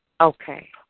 Okay